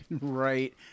Right